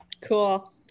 Cool